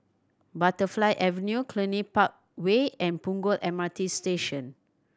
Butterfly Avenue Cluny Park Way and Punggol M R T Station